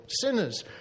Sinners